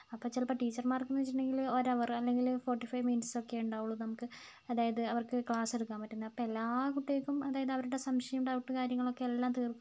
അപ്പോൾ ചിലപ്പോൾ ടീച്ചർമാർക്കെന്ന് വെച്ചിട്ടുണ്ടെങ്കിൽ ഒരവറ് അല്ലെങ്കിൽ ഫോർട്ടി ഫൈവ് മിനിട്സ് ഒക്കെയുണ്ടാവുള്ളു നമുക്ക് അതായത് അവർക്ക് ക്ലാസ്സെടുക്കാൻ പറ്റുന്നെ അപ്പോൾ എല്ലാ കുട്ടികൾക്കും അതായത് അവരുടെ സംശയം ഡൗട്ട് കാര്യങ്ങളൊക്കെ എല്ലാം തീർത്ത്